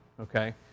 Okay